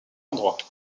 endroit